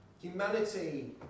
Humanity